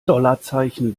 dollarzeichen